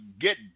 get